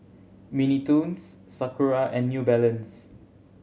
Mini Toons Sakura and New Balance